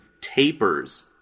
Tapers